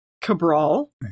Cabral